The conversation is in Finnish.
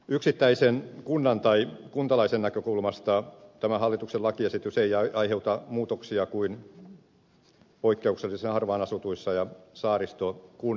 yksittäisen kunnan tai kuntalaisen näkökulmasta tämä hallituksen lakiesitys ei aiheuta muutoksia kuin poikkeuksellisen harvaanasutuissa ja saaristokunnissa